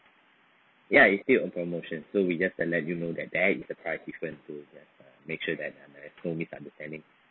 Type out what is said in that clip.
ya it's still on promotion so we just to let you know that there is a price difference to make sure there is no misunderstanding